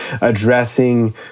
addressing